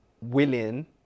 willing